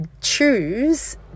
choose